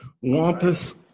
Wampus